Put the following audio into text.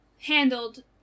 handled